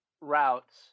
routes